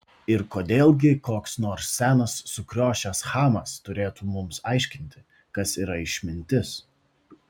ir kodėl gi koks nors senas sukriošęs chamas turėtų mums aiškinti kas yra išmintis